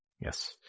Yes